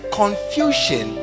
confusion